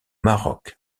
maroc